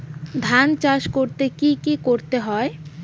ধান চাষ করতে কি কি করতে হয়?